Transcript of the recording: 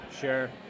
Sure